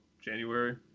January